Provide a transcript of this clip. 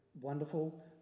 wonderful